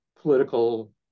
political